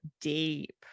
deep